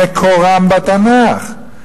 מקורם בתנ"ך.